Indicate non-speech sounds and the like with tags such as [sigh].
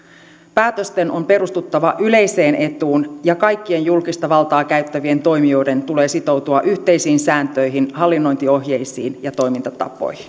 päätösten on perustuttava yleiseen etuun ja kaikkien julkista valtaa käyttävien toimijoiden tulee sitoutua yhteisiin sääntöihin hallinnointiohjeisiin ja toimintatapoihin [unintelligible]